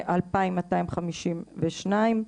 2,252 אנשים.